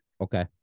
Okay